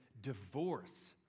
divorce